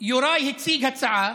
יוראי הציג הצעה